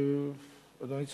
אדוני צודק.